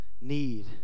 need